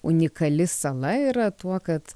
unikali sala yra tuo kad